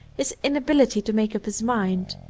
his inability to make up his mind.